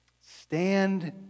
stand